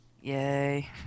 Yay